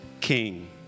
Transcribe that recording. king